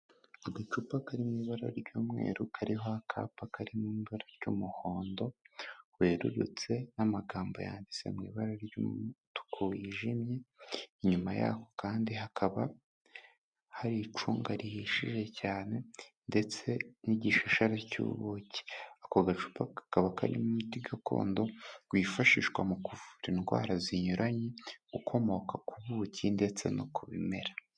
Agacupa kari mu ibara ry'umweru kariho akapa kari mu ibara ry'umuhondo werurutse n'amagambo yanditse mu ibara ry'umutuku wijimye, inyuma yaho kandi hakaba hari icunga rihishije cyane ndetse n'igishashara cy'ubuki, ako gacupa kakaba karimo umuti gakondo wifashishwa mu kuvura indwara zinyuranye ukomoka ku buki ndetse no ku bimera.